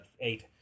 eight